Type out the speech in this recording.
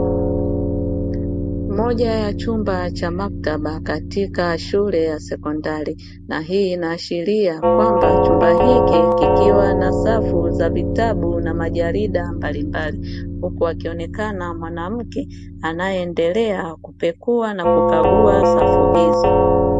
Moja ya chumba cha maktaba katika shule ya sekondari, na hii inaashiria kwamba chumba hiki kikiwa na safu za vitabu na majarida mbalimbali, huku akionekana mwanamke anayeendelea kupekua na kukagua safu hizo.